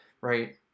right